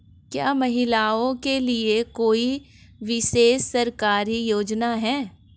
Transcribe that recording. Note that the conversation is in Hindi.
क्या महिलाओं के लिए कोई विशेष सरकारी योजना है?